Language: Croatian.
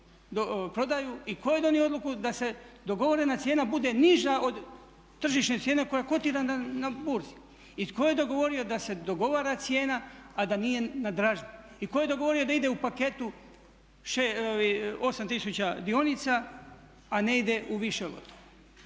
i tko je donio odluku da se dogovorena cijena bude niža od tržišne cijene koja kotira na burzi? I tko je dogovorio da se dogovara cijena, a da nije na dražbi? I tko je dogovorio da ide u paketu 8000 dionica, a ne ide u više